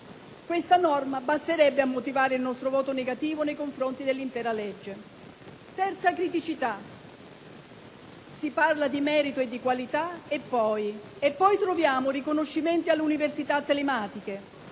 questa norma basterebbe a motivare il nostro voto negativo nei confronti dell'intera legge. Terza criticità. Si parla di merito e di qualità, ma poi troviamo riconoscimenti alle università telematiche: